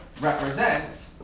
represents